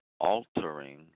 altering